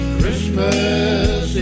Christmas